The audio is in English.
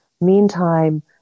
Meantime